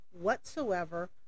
whatsoever